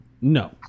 No